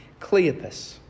Cleopas